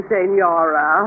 Senora